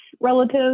relative